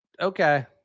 Okay